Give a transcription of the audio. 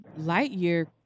Lightyear